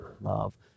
love